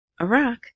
Iraq